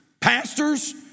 pastors